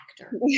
actor